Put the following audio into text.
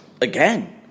again